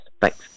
Thanks